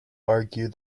argue